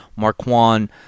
Marquand